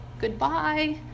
goodbye